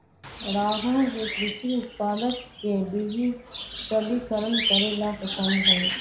राघव के कृषि उत्पादक के डिजिटलीकरण करे ला पसंद हई